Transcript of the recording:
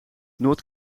noord